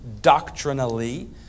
doctrinally